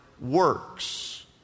works